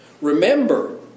remember